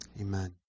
Amen